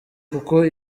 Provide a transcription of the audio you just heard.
kuko